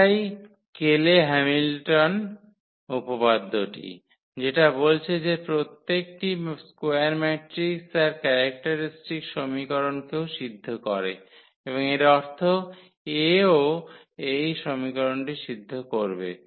এটাই Cayley Hamilton উপপাদ্যটি যেটা বলেছে যে প্রত্যেকটি স্কোয়ার ম্যাট্রিক্স তার ক্যারেক্টারিস্টিক্স সমীকরণকেও সিদ্ধ করে এবং এর অর্থ A ও এই সমীকরণটি সিদ্ধ করবে